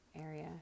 area